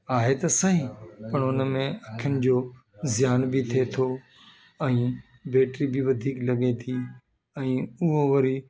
आहे त सई पर हुनमें अखियुनि जो ज़्यान बि थिए थो ऐं बैटरी बि वधीक लॻे थी ऐं उहो वरी